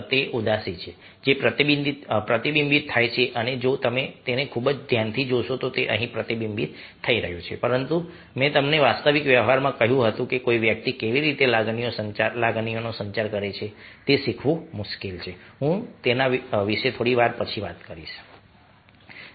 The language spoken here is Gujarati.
તે ઉદાસી છે જે પ્રતિબિંબિત થઈ રહી છે અને જો તમે તેને ખૂબ જ ધ્યાનથી જોશો તો તે અહીં પ્રતિબિંબિત થઈ રહ્યું છે પરંતુ મેં તમને વાસ્તવિક વ્યવહારમાં કહ્યું હતું કે કોઈ વ્યક્તિ કેવી રીતે લાગણીઓનો સંચાર કરે છે તે શીખવું મુશ્કેલ છે હું તેના વિશે થોડી વાર પછી વાત કરીશ